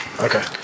Okay